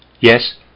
Yes